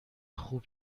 خوب